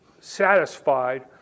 satisfied